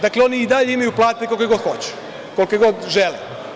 Dakle, oni i dalje imaju plate kakve god hoće, kakve god žele.